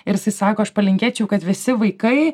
ir jisai sako aš palinkėčiau kad visi vaikai